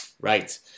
Right